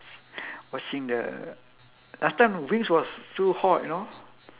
watching the last time wings was so hot you know